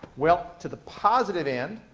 well, to the positive end,